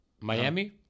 Miami